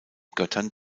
göttern